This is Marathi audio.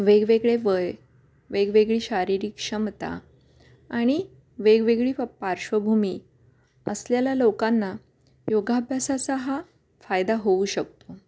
वेगवेगळे वय वेगवेगळी शारीरिक क्षमता आणि वेगवेगळी पार्श्वभूमी असलेल्या लोकांना योगाभ्यासाचा हा फायदा होऊ शकतो